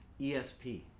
ESP